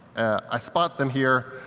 i spot them here.